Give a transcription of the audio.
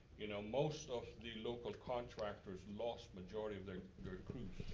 you know most of the local contractors lost majority of their crews.